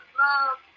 love